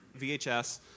VHS